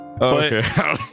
Okay